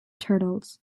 turtles